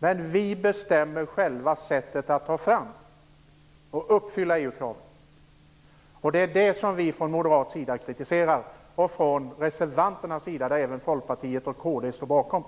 men vi bestämmer själva det sätt som vi uppfyller EU-kraven på. Det är det vi moderater och vi reservanter kritiserar, och reservationen står även Folkpartiet och kd bakom.